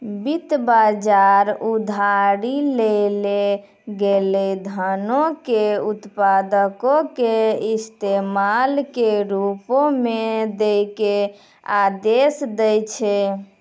वित्त बजार उधारी लेलो गेलो धनो के उत्पादको के इस्तेमाल के रुपो मे दै के आदेश दै छै